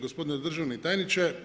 Gospodine državni tajniče.